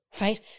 Right